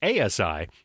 ASI